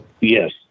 Yes